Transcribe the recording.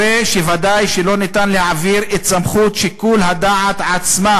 הרי שוודאי שלא ניתן להעביר את סמכות שיקול הדעת עצמה